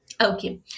Okay